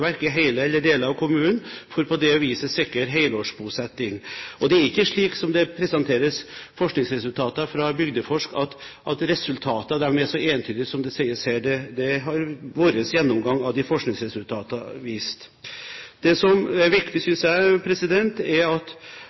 eller deler av kommunen for på det viset å sikre helårsbosetting. Det er ikke slik, som det presenteres, at forskningsresultater fra Bygdeforskning er så entydige som det sies her. Det har vår gjennomgang av disse forskningsresultatene vist. Det som er viktig, synes jeg, er at